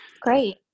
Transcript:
Great